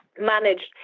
managed